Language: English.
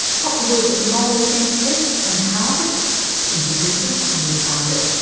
pop the words moral sense test and harvard into google and you'll find it.